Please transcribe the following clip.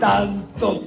Tanto